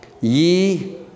Ye